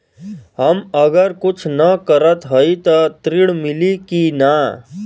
हम अगर कुछ न करत हई त ऋण मिली कि ना?